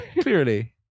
clearly